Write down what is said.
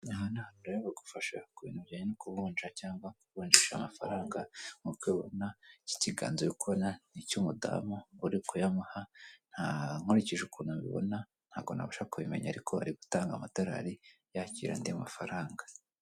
Aha ni ahantu rero bagufasha ku bintu bijyanye no kuvunja cyangwa kuvunjisha amafaranga. Nk'uko ubibona iki kiganza uri kubona n'icy'umudamu uri kuyamuha; nkurikije ukuntu mbibona ntago nabasha kubimenya, ariko ari gutanga amadolari yakira andi mafaranga.